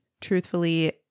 truthfully